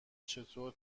چطور